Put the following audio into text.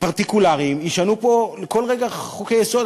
פרטיקולריים ישנו פה כל רגע חוקי-יסוד.